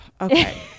okay